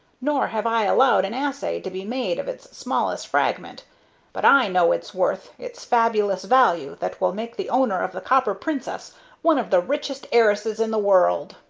nor have i allowed an assay to be made of its smallest fragment but i know its worth its fabulous value, that will make the owner of the copper princess one of the richest heiresses in the world.